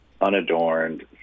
unadorned